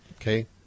Okay